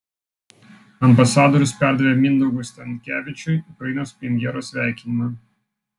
ambasadorius perdavė mindaugui stankevičiui ukrainos premjero sveikinimą